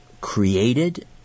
created